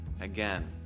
again